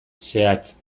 zehatz